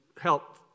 help